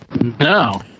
No